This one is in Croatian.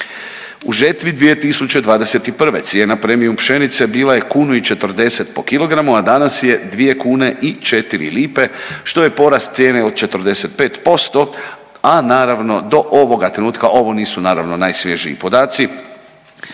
U žetvi 2021. cijena premijum pšenice bila je kunu i 40 po kilogramu, a danas je 2 kune i 4 lipe što je porast cijene od 45%. A naravno do ovoga trenutka ovo nisu naravno najsvježiji podaci